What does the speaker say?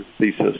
thesis